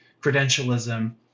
credentialism